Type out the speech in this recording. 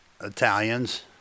Italians